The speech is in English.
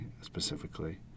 specifically